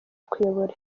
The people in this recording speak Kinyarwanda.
kuyobora